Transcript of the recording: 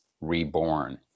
reborn